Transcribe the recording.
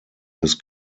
his